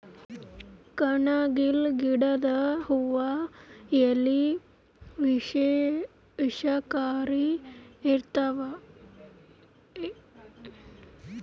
ಕಣಗಿಲ್ ಗಿಡದ್ ಹೂವಾ ಎಲಿ ವಿಷಕಾರಿ ಇರ್ತವ್ ಇದರ್ಲಿನ್ತ್ ಮನಶ್ಶರ್ ಚರಮಕ್ಕ್ ಅಲರ್ಜಿ ಆತದ್